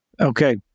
Okay